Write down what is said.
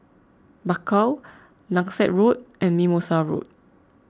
Bakau Langsat Road and Mimosa Road